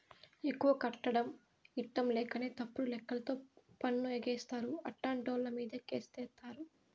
ఎక్కువ కట్టడం ఇట్టంలేకనే తప్పుడు లెక్కలతో పన్ను ఎగేస్తారు, అట్టాంటోళ్ళమీదే కేసేత్తారు